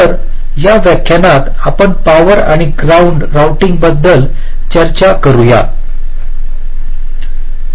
तर या व्याख्यानात आपण पॉवर आणि ग्राउंड राउटिंगबद्दल चर्चा करतो